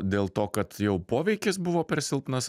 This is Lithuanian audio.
dėl to kad jau poveikis buvo per silpnas